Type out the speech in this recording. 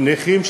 הנכים,